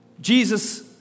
Jesus